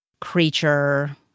creature